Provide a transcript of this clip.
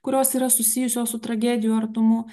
kurios yra susijusios su tragedijų artumu